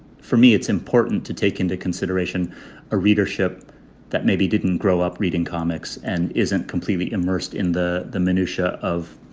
for me, it's important to take into consideration a readership that maybe didn't grow up reading comics and isn't completely immersed in the the minutia of